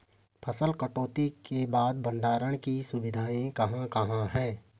फसल कटाई के बाद भंडारण की सुविधाएं कहाँ कहाँ हैं?